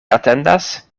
atendas